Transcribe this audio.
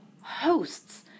hosts